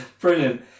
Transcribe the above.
Brilliant